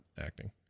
acting